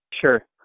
Sure